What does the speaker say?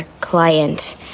client